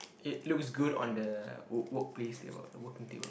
it looks good on the work work place table the working table